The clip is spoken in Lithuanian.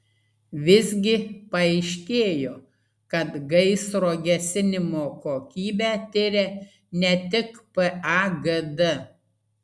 visgi paaiškėjo kad gaisro gesinimo kokybę tiria ne tik pagd